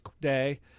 Day